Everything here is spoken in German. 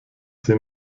sie